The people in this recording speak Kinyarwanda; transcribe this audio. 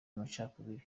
amacakubiri